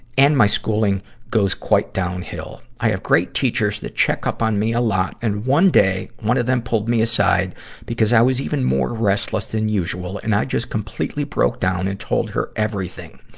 and my schooling goes quite downhill. i have great teachers that check up on me a lot, and one day, one of them pulled me aside because i was even more restless than usual, and i just completely broke down and told her everything.